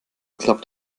klappt